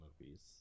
movies